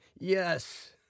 Yes